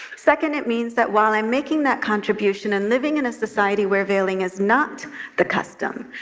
second, it means that while i'm making that contribution, and living in a society where veiling is not the custom,